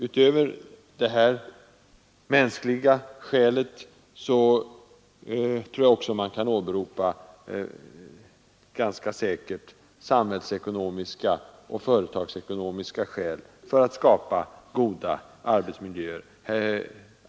Utöver dessa mänskliga skäl kan man också åberopa samhällsekonomiska och företagsekonomiska skäl för att skapa goda arbetsmiljöer.